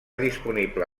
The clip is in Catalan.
disponible